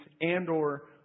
and/or